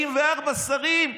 34 שרים.